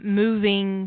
moving